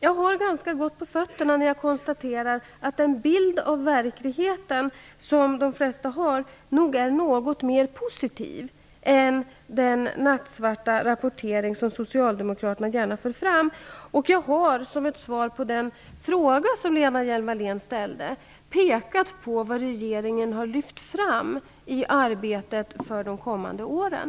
Jag har ganska gott på fötterna när jag konstaterar att den bild av verkligheten som de flesta har nog är något mer positiv än den nattsvarta rapportering som socialdemokraterna gärna för fram. Jag har som ett svar på den fråga som Lena Hjelm-Wallén ställde pekat på vad regeringen har lyft fram i arbetet för de kommande åren.